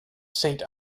saint